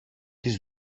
τις